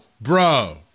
bro